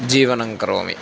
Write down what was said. जीवनं करोमि